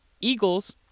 Eagles